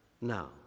now